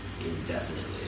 indefinitely